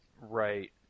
Right